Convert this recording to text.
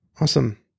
Awesome